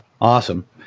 Awesome